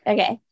Okay